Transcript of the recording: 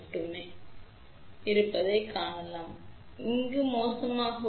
எனவே நல்ல தனிமைப்படுத்த இந்த குறிப்பிட்ட உள்ளமைவு பொருத்தமானதல்ல என்பதை நீங்கள் காணலாம்